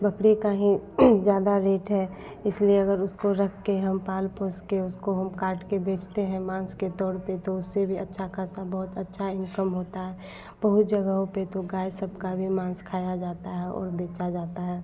बकरे का ही ज़्यादा रेट है इसलिए अगर उसको रखकर हम पाल पोसकर उसको हम काटकर बेचते हैं मांस के तौर पर तो उससे भी अच्छा खासा बहुत अच्छा इनकम होता है बहुत जगहों पर तो गाय सबका भी मांस खाया जाता है और बेचा जाता है